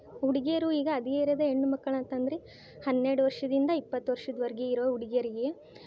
ಹುಡುಗಿಯರು ಈಗ ಹದಿ ಹರೆಯದ ಹೆಣ್ಣು ಮಕ್ಕಳು ಅಂತಂದರೆ ಹನ್ನೆರಡು ವರ್ಷದಿಂದ ಇಪ್ಪತ್ತು ವರ್ಷದವರ್ಗೆ ಇರೋ ಹುಡುಗಿಯರ್ಗೆ